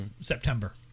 September